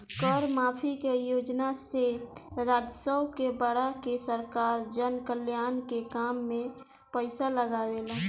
कर माफी के योजना से राजस्व के बढ़ा के सरकार जनकल्याण के काम में पईसा लागावेला